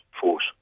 Force